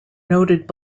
noted